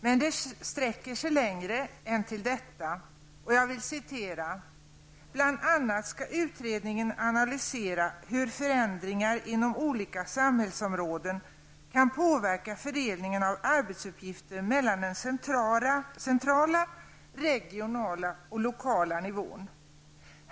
Men det sträcker sig ändå längre: ''Bland annat ska utredningen analysera hur förändringar inom olika samhällsområden kan påverka fördelningen av arbetsuppgifter mellan den centrala, regionala och lokala nivån.''